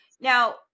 Now